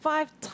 five